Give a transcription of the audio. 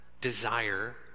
desire